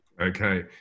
Okay